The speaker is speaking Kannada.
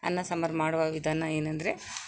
ಅನ್ನ ಸಾಂಬಾರ್ ಮಾಡುವ ವಿಧಾನ ಏನಂದರೆ